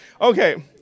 Okay